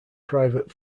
private